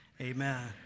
amen